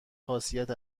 خاصیت